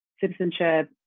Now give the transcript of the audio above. citizenship